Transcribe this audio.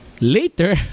later